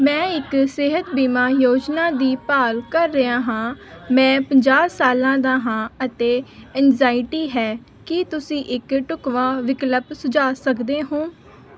ਮੈਂ ਇੱਕ ਸਿਹਤ ਬੀਮਾ ਯੋਜਨਾ ਦੀ ਭਾਲ ਕਰ ਰਿਹਾ ਹਾਂ ਮੈਂ ਪੰਜਾਹ ਸਾਲਾਂ ਦਾ ਹਾਂ ਅਤੇ ਐਨਜਾਈਟੀ ਹੈ ਕੀ ਤੁਸੀਂ ਇੱਕ ਢੁੱਕਵਾਂ ਵਿਕਲਪ ਸੁਝਾਅ ਸਕਦੇ ਹੋ